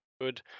good